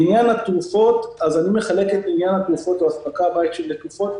לעניין התרופות או אספקה לבית של תרופות